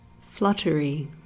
fluttery